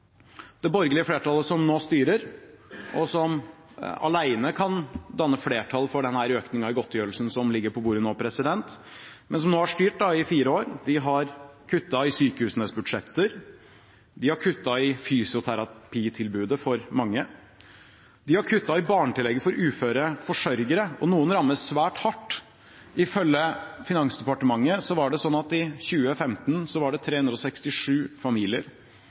Det borgerlige flertallet som nå har styrt i fire år, og som alene kan danne flertall for denne økningen i godtgjørelse som ligger på bordet nå, har kuttet i sykehusenes budsjetter, de har kuttet i fysioterapitilbudet for mange, de har kuttet i barnetillegget for uføre forsørgere, og noen rammes svært hardt. Ifølge Finansdepartementet var det i 2015 367 familier